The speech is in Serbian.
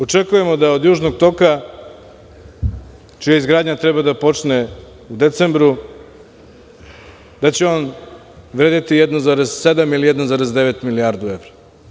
Očekujemo da od Južnog toka čija izgradnja treba da počne u decembru, da će vredeti 1,7 ili 1,9 milijardi evra.